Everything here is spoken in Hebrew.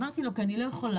אמרתי לו כי אני לא יכולה,